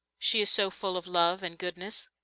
she is so full of love and goodness.